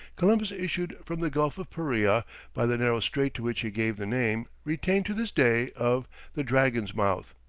columbus issued from the gulf of paria by the narrow strait to which he gave the name, retained to this day, of the dragon's mouth.